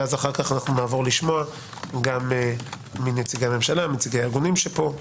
ואחר כך נעבור לשמוע גם את נציגי הממשלה ואת נציגי הארגונים כאן.